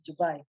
Dubai